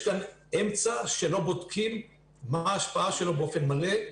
יש כאן אמצע שלא בודקים מהי ההשפעה שלו באופן מלא,